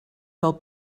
del